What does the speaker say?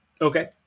Okay